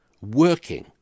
working